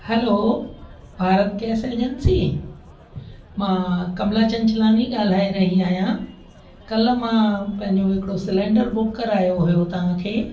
हलो Bharat gas agency मां कमला चंचलाणी ॻाल्हाए रही आहियां कल्ह मां पंहिंजो हिकिड़ो सिलेंडर बुक करायो हुयो तव्हां खे